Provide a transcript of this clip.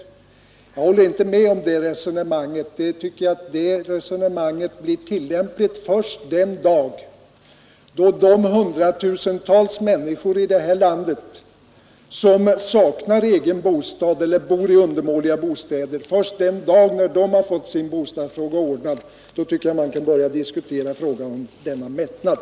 Jag håller inte med om det jag tycker att det resonemanget blir tillämpligt först den dag då de hundratusentals människor i det här landet, som saknar egen bostad eller bor i undermåliga bostäder, har fått sin bostadsfråga ordnad. Först då kan man börja diskutera frågan om denna ”mättnad”